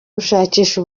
gushakisha